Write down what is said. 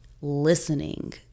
listening